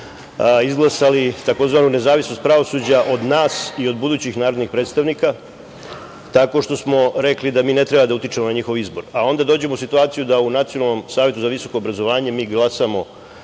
izglasali, tzv. nezavisnost pravosuđa od nas i od budućih narodnih predstavnika tako što smo rekli da mi ne treba da utičemo na njihov izbor, a onda dođemo u situaciju da u Nacionalnom savetu za visoko obrazovanje mi glasamo